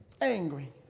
angry